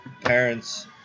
parents